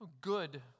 Good